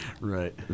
right